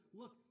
look